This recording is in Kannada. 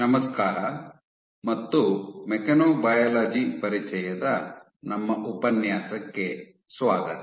ನಮಸ್ಕಾರ ಮತ್ತು ಮೆಕ್ಯಾನೊಬಯಾಲಜಿ ಪರಿಚಯದ ನಮ್ಮ ಉಪನ್ಯಾಸಕ್ಕೆ ಸ್ವಾಗತ